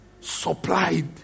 supplied